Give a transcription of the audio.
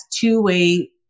two-way